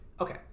okay